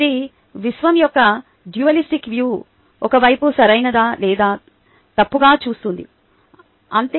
ఇది విశ్వం యొక్క డ్యుయల్ఇస్టిక్ వ్యూ ఒక వైపు సరైనది లేదా తప్పుగా చూస్తుంది అంతే